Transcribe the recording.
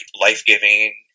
life-giving